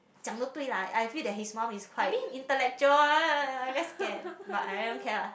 讲得对 lah I feel that his mom is quite intellectual I very scared but I don't care lah